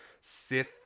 Sith